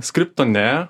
skripto ne